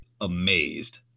amazed